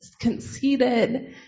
conceited